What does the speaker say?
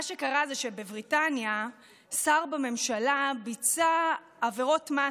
מה שקרה זה שבבריטניה שר בממשלה ביצע עבירות מס,